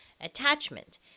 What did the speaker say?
attachment